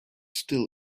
still